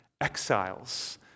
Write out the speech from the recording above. exiles